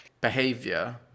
behavior